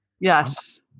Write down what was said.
Yes